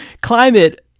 Climate